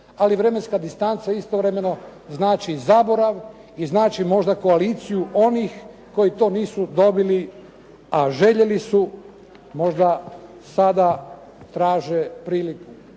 Ali vremenska distanca istovremeno znači i zaborav i znači možda koaliciju onih koji to nisu dobili, a željeli su. Možda sada traže priliku,